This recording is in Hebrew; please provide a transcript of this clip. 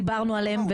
דיברנו עליהם,